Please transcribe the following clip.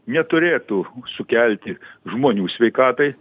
neturėtų sukelti žmonių sveikatai